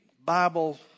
Bible